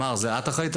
מיתר, זאת את אחראית?